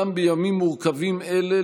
גם בימים מורכבים אלה,